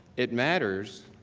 it matters,